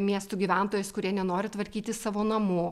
miestų gyventojais kurie nenori tvarkyti savo namų